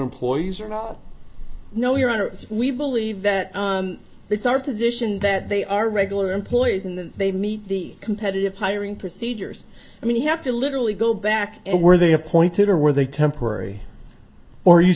employees are no no your honor we believe that it's our position that they are regular employees and then they meet the competitive hiring procedures i mean they have to literally go back and where they appointed or were they temporary or